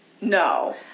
No